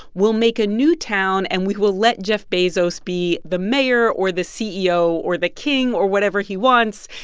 we'll make a new town, and we will let jeff bezos be the mayor or the ceo or the king or whatever he wants.